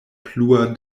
plua